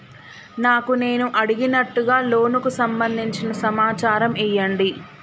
నాకు నేను అడిగినట్టుగా లోనుకు సంబందించిన సమాచారం ఇయ్యండి?